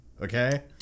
okay